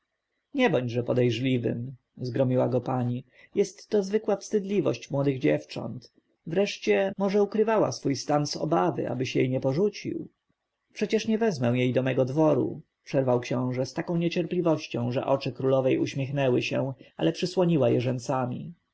nie bądźże podejrzliwym zgromiła go pani jest to zwykła wstydliwość młodych dziewcząt wreszcie może ukrywała swój stan z obawy abyś jej nie porzucił przecież nie wezmę jej do mego dworu przerwał książę z taką niecierpliwością że oczy królowej uśmiechnęły się ale przysłoniła je rzęsami